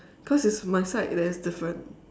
cause it's my side that is different